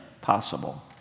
possible